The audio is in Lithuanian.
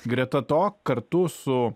greta to kartu su